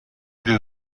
des